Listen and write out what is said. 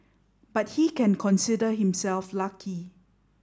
but he can consider himself lucky